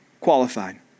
qualified